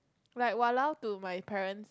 like !walao! to my parent